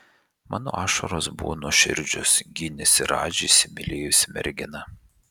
mano ašaros buvo nuoširdžios gynėsi radži įsimylėjusi mergina